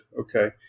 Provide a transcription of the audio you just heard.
Okay